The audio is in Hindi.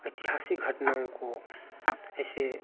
एतिहासिक घटनाओं को ऐसे